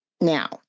Now